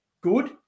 good